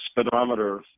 speedometer